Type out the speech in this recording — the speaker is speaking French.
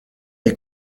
est